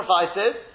sacrifices